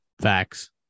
Facts